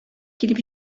килеп